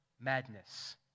madness